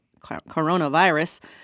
coronavirus